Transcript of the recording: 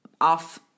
off